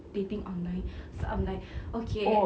dating online so I'm like okay